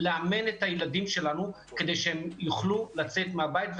לאמן את הילדים שלנו כדי שהם יוכלו לצאת מהבית.